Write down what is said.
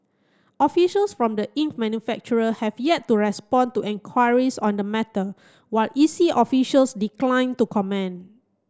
officials from the ink manufacturer have yet to respond to enquiries on the matter while E C officials declined to comment